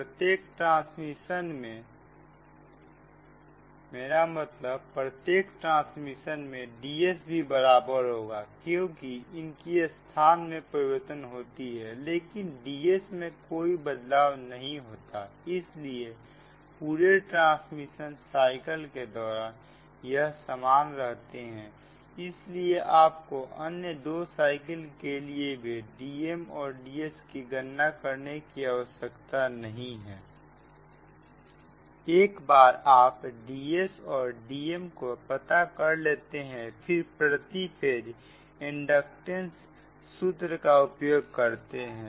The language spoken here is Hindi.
प्रत्येक ट्रांस्पोजिशन साइकल में Ds भी बराबर होगा क्योंकि उनकी स्थान में तो परिवर्तन होती है लेकिन Ds में कोई बदलाव नहीं होता इसलिए पूरे ट्रांसमिशन साइकिल के दौरान यह सामान रहते हैं इसलिए आपको अन्य दो साइकिल के लिए Dm और Ds की गणना करने की आवश्यकता नहीं है एक बार अगर आप Dsऔर Dm पता कर लेते हैं फिर प्रति फेज इंडक्टेंस सूत्र का उपयोग करते हैं